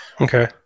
Okay